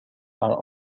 are